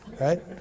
right